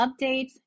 updates